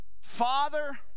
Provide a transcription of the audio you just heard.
Father